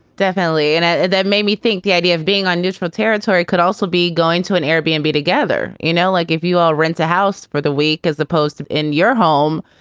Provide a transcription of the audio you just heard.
definitely. and ah that made me think the idea of being on neutral territory could also be going to an air bmb together. you know, like if you all rent a house for the week as opposed to in your home.